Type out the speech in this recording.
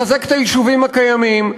לחזק את היישובים הקיימים?